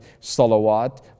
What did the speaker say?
Salawat